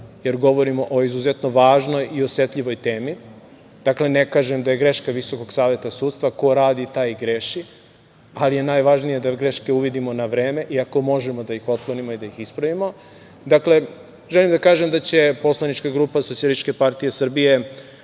jer govorimo o izuzetno važnoj i osetljivoj temi, dakle, ne kažem da je greška Visokog saveta sudstva - ko radi taj i greši, ali je najvažnije da greške uvidimo na vreme i ako možemo da ih otklonimo i da ih ispravimo. Dakle, želim da kažem da će poslanička grupa SPS podržati predlog